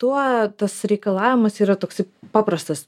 tuo tas reikalavimas yra toksai paprastas